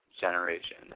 generation